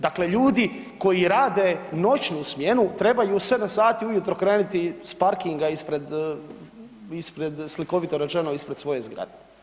Dakle, ljudi koji rade noćnu smjenu trebaju u 7 sati ujutro kreniti s parkinga ispred, ispred, slikovito rečeno, ispred svoje zgrade.